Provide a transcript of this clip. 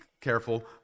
careful